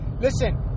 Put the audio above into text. listen